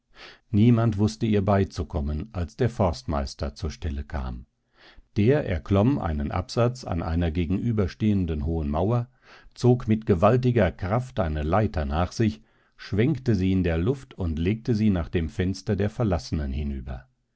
niemand wußte ihr beizukommen als der forstmeister zur stelle kam der erklomm einen absatz an einer gegenüberstehenden hohen mauer zog mit gewaltiger kraft eine leiter nach sich schwenkte sie in der luft und legte sie nach dem fenster der verlassenen hinüber